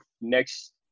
next